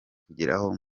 kugeraho